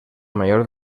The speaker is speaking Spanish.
mayor